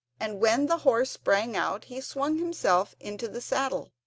and when the horse sprang out he swung himself into the saddle.